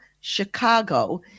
Chicago